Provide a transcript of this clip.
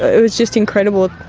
it was just incredible.